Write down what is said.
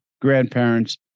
grandparents